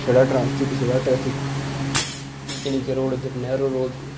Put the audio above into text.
छड़ा ट्राफिक छड़ा ट्रैफिक निक्के निक्के रोड ते नैरो रोड